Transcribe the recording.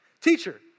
teacher